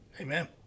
amen